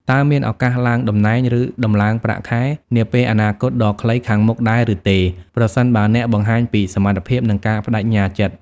តើមានឱកាស ឡើងតំណែង ឬ ដំឡើងប្រាក់ខែ នាពេលអនាគតដ៏ខ្លីខាងមុខដែរឬទេ ប្រសិនបើអ្នកបង្ហាញពីសមត្ថភាព និងការប្ដេជ្ញាចិត្ត?